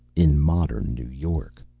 in modern new york.